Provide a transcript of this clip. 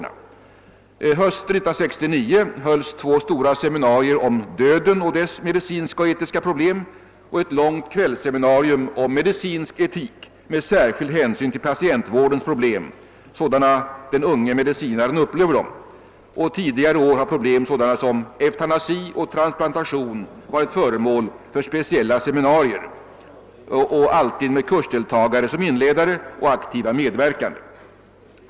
Under hösten 1969 hölls två stora seminarier om döden och dess medicinska och etiska problem och ett långt kvällsseminarium om medicinsk etik med särskild hänsyn till patientvårdens problem sådana som den unge medicinaren upplever dem. Tidigare år har problem som eutanasi och transplantation varit föremål för speciella seminarier och alltid med kursdeltagare som inledare och aktiva medverkande.